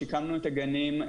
שיקמנו את הגנים,